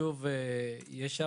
הרשות